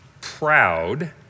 proud